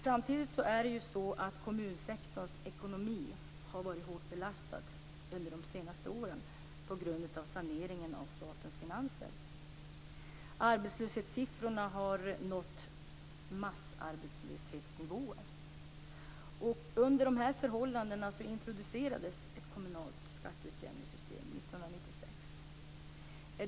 Samtidigt har kommunsektorns ekonomi varit hårt belastad under de senaste åren på grund av saneringen av statens finanser. Arbetslösheten har nått massarbetslöshetsnivåer. Under de här förhållandena introducerades ett kommunalt skatteutjämningssystem 1996.